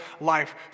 life